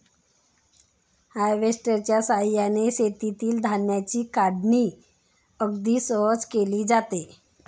हार्वेस्टरच्या साहाय्याने शेतातील धान्याची काढणी अगदी सहज केली जाते